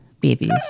Babies